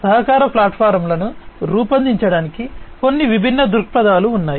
సహకార ప్లాట్ఫారమ్లను రూపొందించడానికి కొన్ని విభిన్న దృక్పథాలు ఉన్నాయి